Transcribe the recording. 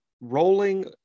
rolling